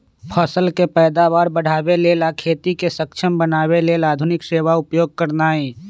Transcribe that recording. फसल के पैदावार बढ़ाबे लेल आ खेती के सक्षम बनावे लेल आधुनिक सेवा उपयोग करनाइ